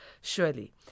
Surely